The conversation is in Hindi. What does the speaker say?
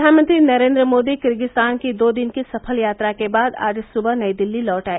प्रधानमंत्री नरेन्द्र मोदी किर्गिजस्तान की दो दिन की सफल यात्रा के बाद आज सुबह नई दिल्ली लौट आए